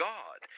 God